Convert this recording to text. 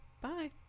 Bye